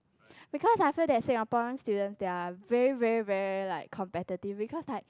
because I feel that Singaporean students they are very very very like competitive because like